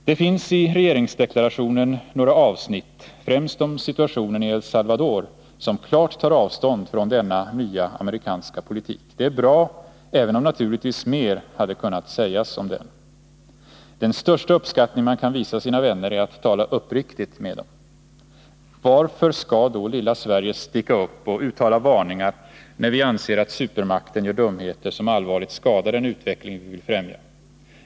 Det finns i regeringsdeklarationen några avsnitt — främst det som berör situationen i El Salvador — som klart tar avstånd från denna nya amerikanska politik. Det är bra, även om naturligtvis mer hade kunnat sägas om den. Den största uppskattning man kan visa sina vänner är att tala uppriktigt med dem. Varför skall då lilla Sverige sticka upp och uttala varningar när vi anser att supermakten gör dumheter som allvarligt skadar den utveckling vi vill främja?